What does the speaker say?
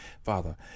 father